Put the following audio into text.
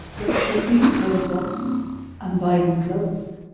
let's take these clothes off and buy them clothes.